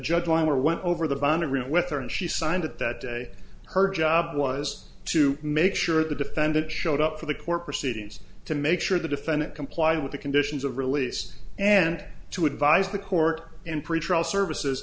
judge one where went over the bond route with her and she signed it that day her job was to make sure the defendant showed up for the court proceedings to make sure the defendant complied with the conditions of release and to advise the court in pretrial services